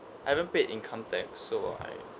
I haven't paid income tax so I